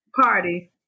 party